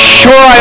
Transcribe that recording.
sure